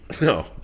No